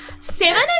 Seven